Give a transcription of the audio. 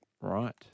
Right